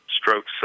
strokes